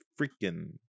freaking